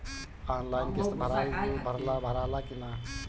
Online किस्त भराला कि ना?